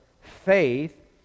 faith